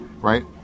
right